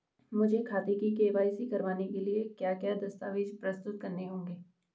मुझे खाते की के.वाई.सी करवाने के लिए क्या क्या दस्तावेज़ प्रस्तुत करने होंगे?